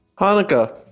Hanukkah